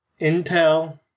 Intel